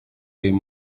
uyu